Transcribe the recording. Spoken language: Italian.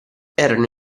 erano